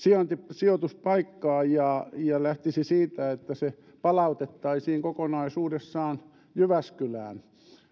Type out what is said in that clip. sijoituspaikkaa ja ja lähteä siitä että se palautettaisiin kokonaisuudessaan jyväskylään